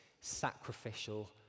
sacrificial